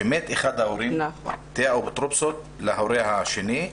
כשמת אחד ההורים תהא האפוטרופסות להורה השני,